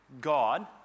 God